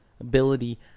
ability